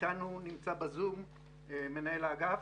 איתנו נמצא בזום מנהל האגף,